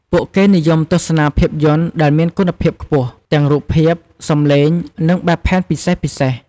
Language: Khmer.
ពួកគេនិយមទស្សនាភាពយន្តដែលមានគុណភាពខ្ពស់ ទាំងរូបភាព សំឡេង និងបែបផែនពិសេសៗ។